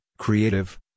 creative